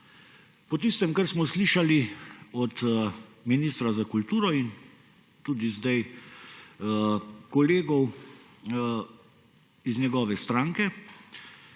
Po tistem, kar smo slišali od ministra za kulturo in tudi zdaj od kolegov iz njegove stranke,